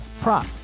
prop